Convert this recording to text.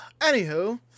Anywho